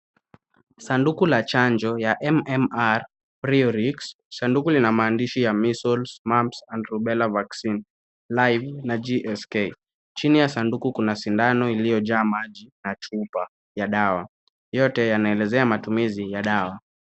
Sanduku la chanjo ya MMR priorix. Sanduku lina maandishi ya Measles, Mumps and Rubella vaccine live na GSK. Chini ya sanduku kuna sindano iliyojaa maji na chupa ya dawa, yote yanaelezea matumizi ya dawa.